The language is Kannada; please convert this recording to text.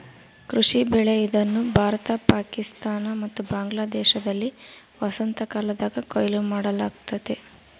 ಕೃಷಿ ಬೆಳೆ ಇದನ್ನು ಭಾರತ ಪಾಕಿಸ್ತಾನ ಮತ್ತು ಬಾಂಗ್ಲಾದೇಶದಲ್ಲಿ ವಸಂತಕಾಲದಾಗ ಕೊಯ್ಲು ಮಾಡಲಾಗ್ತತೆ